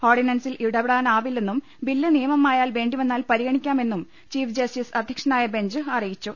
ഓർഡിൻസിൽ ഇടപെടാനാകില്ലെന്നും ബില്ല് നിയമമാ യാൽ വേണ്ടി വന്നാൽ പരിഗണിക്കാമെന്നും ചീഫ് ജസ്റ്റിസ് അധ്യക്ഷനായ ബെഞ്ച് അറിയിച്ചു